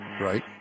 Right